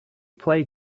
play